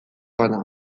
bana